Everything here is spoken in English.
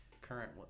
current